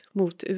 mot